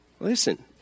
Listen